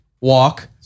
walk